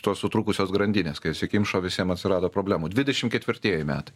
tos sutrūkusios grandinės kai atsikimšo visiem atsirado problemų dvidešimt ketvirtieji metai